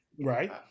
Right